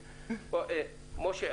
משה,